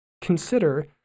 Consider